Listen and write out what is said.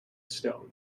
stone